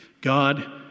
God